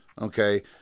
Okay